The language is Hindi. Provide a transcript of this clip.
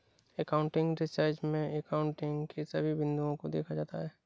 एकाउंटिंग रिसर्च में एकाउंटिंग के सभी बिंदुओं को देखा जाता है